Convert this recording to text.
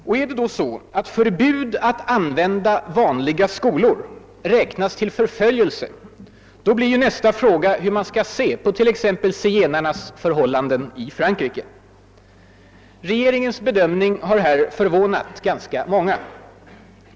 Om det är så att »förbud att använda vanliga skolor» räknas till förföljelse blir ju nästa fråga hur man skall se på t.ex. zigenarnas förhållanden i Frankrike. Regeringens bedömning har förvånat många.